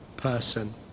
person